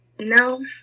no